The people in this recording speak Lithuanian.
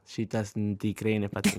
šitas tikrai nepatink